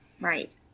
right